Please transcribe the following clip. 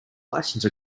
license